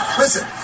listen